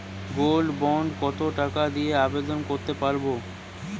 Gold bond কত টাকা দিয়ে আবেদন করতে পারবো?